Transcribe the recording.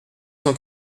cent